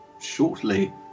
shortly